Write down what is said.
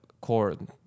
chord